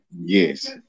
Yes